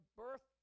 birth